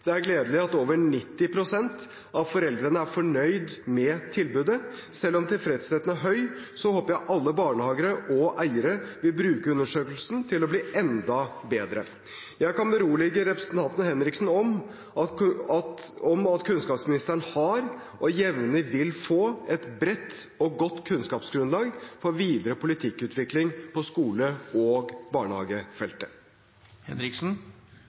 Det er gledelig at over 90 pst. av foreldrene er fornøyde med tilbudet. Selv om tilfredsheten er høy, håper jeg alle barnehager og eiere vil bruke undersøkelsen til å bli endra bedre. Jeg kan berolige representanten Henriksen med at kunnskapsministeren har og jevnlig vil få et bredt og godt kunnskapsgrunnlag for videre politikkutvikling på skole- og